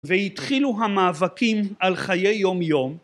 והתחילו המאבקים על חיי יומיום,